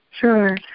Sure